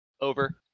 Over